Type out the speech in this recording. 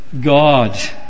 God